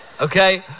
Okay